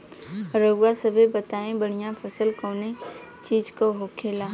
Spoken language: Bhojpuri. रउआ सभे बताई बढ़ियां फसल कवने चीज़क होखेला?